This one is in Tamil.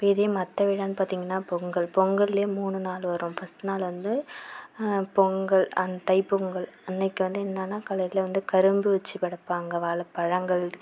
இப்ப இதே மற்ற விழானு பார்த்திங்கன்னா பொங்கல் பொங்கல்லே மூணு நாள் வரும் ஃபர்ஸ்ட் நாள் வந்து பொங்கல் அந்த தை பொங்கல் அன்னிக்கி வந்து என்னான்னால் காலையில் வந்து கரும்பு வெச்சு படைப்பாங்க வாழைப்பழங்கள்